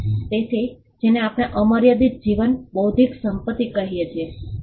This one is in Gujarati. તેથી જેને આપણે અમર્યાદિત જીવન બૌદ્ધિક સંપત્તિ કહીએ છીએ